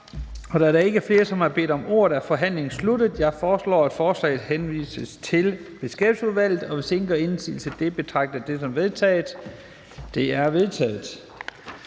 Da der ikke er flere, som har bedt om ordet, er forhandlingen sluttet. Jeg foreslår, at forslaget til folketingsbeslutning henvises til Beskæftigelsesudvalget. Hvis ingen gør indsigelse mod det, betragter jeg det som vedtaget. Det er vedtaget.